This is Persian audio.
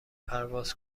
پرواز